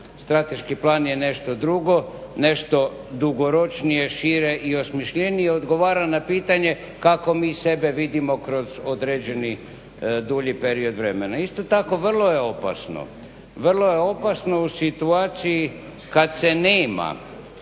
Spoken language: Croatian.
Strateški plan je nešto drugo, nešto dugoročnije, šire i osmišljenije odgovara na pitanje kako mi sebe vidimo kroz određeni dulji period vremena. Isto tako vrlo je opasno u situaciji kad se nema